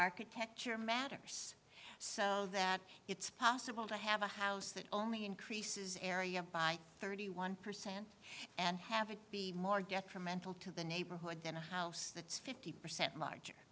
architecture matters so that it's possible to have a house that only increases area by thirty one percent and have it be more get from mental to the neighborhood than a house that's fifty percent larger